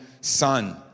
son